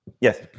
Yes